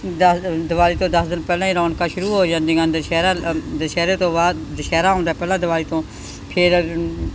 ਦਸ ਦੀਵਾਲੀ ਤੋਂ ਦਸ ਦਿਨ ਪਹਿਲਾਂ ਹੀ ਰੌਣਕਾਂ ਸ਼ੁਰੂ ਹੋ ਜਾਂਦੀਆ ਹਨ ਦੁਸ਼ਹਿਰਾ ਦੁਸ਼ਹਿਰੇ ਤੋਂ ਬਾਅਦ ਦੁਸ਼ਹਿਰਾ ਆਉਂਦਾ ਪਹਿਲਾਂ ਦੀਵਾਲੀ ਤੋਂ ਫਿਰ